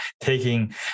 taking